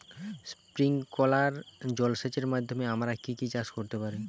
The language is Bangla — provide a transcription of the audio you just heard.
স্প্রিংকলার জলসেচের মাধ্যমে আমরা কি কি চাষ করতে পারি?